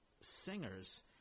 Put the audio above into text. singers